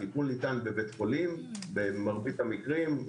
הטיפול ניתן בבית חולים במרבית המקרים,